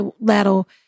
that'll